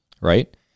right